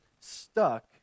stuck